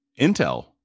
intel